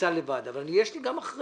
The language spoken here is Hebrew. נמצא לבד, אבל יש לי גם אחריות.